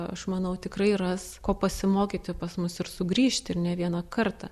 aš manau tikrai ras ko pasimokyti pas mus ir sugrįžti ir ne vieną kartą